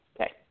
okay